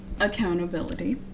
Accountability